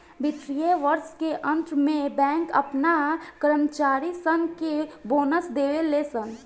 वित्तीय वर्ष के अंत में बैंक अपना कर्मचारी सन के बोनस देवे ले सन